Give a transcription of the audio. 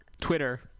Twitter